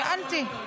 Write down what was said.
שאלתי.